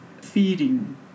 feeding